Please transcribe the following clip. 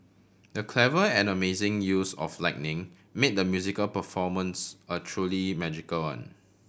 the clever and amazing use of lighting made the musical performance a truly magical one